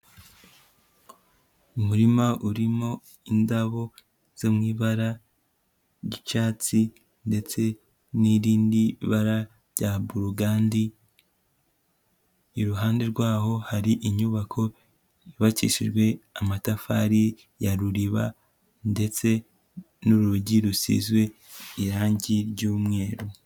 Umurima urimo indabo zo mu ibara ry'icyatsi ndetse n'irindi bara rya brugand, iruhande rw'aho hari inyubako yubakishijwe amatafari ya ruriba ndetse n'urugi rusizwe irangi ry'umweru.